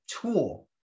tool